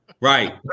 Right